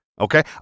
okay